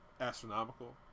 astronomical